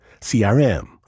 CRM